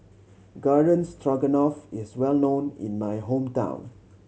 Garden Stroganoff is well known in my hometown